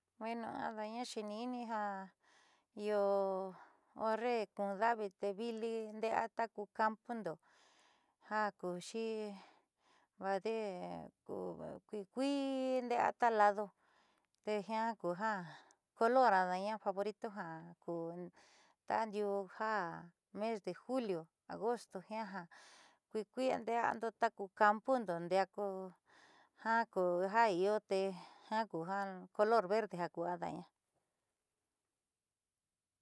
Bueno ada'aña xeeni'ini ja io horre kun davi te vili nde'ea ta ku campondo ja ku'uxi vaadeé ku kuii nde'ea ta lado te jiaa kuja color ada'aña favorito jaku tandiuú ja mes de julio, agosto jiaa kuii kuii nde'eando ta ku campondo diaa ku jiia kuja io color verde jaku ada'aña.